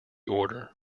order